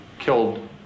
killed